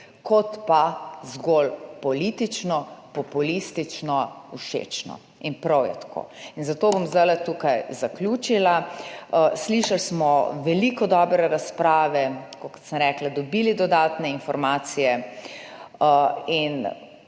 kot pa zgolj politično, populistično, všečno. In prav je tako. Zato bom zdajle tu zaključila. Slišali smo veliko dobre razprave, tako kot sem rekla, dobili dodatne informacije.